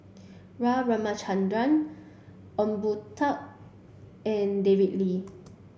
R Ramachandran Ong Boon Tat and David Lee